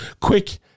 quick